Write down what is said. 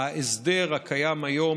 ההסדר הקיים היום,